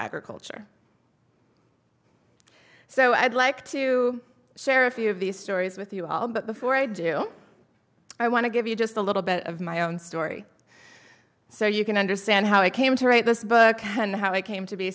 agriculture so i'd like to share a few of these stories with you all but before i do i want to give you just a little bit of my own story so you can understand how i came to write this book and how i came to be